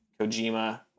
Kojima